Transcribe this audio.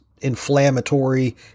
inflammatory